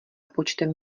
počtem